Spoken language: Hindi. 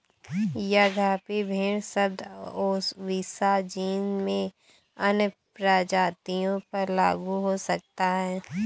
यद्यपि भेड़ शब्द ओविसा जीन में अन्य प्रजातियों पर लागू हो सकता है